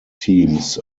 teams